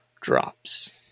drops